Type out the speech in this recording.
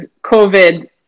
COVID